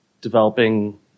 developing